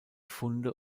funde